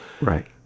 Right